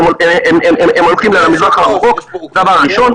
הם הולכים למזרח הרחוק, דבר ראשון.